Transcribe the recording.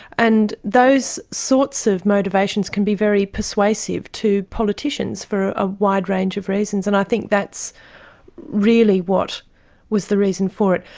and those sorts of motivations can be very persuasive to politicians for a wide range of reasons, and i think that's really what was the reason for it.